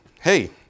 hey